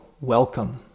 welcome